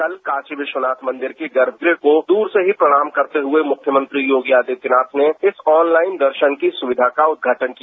कल काशी विश्वनाथ मंदिर के गर्भगृह को दूरी से ही प्रणाम करते हुए मुख्यमंत्री योगी आदित्यनाथ ने इस ऑनलाइन दर्शन की सुविधा का उद्घाटन किया